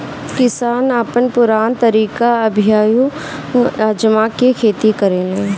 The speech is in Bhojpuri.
किसान अपन पुरान तरीका अभियो आजमा के खेती करेलें